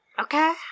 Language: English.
Okay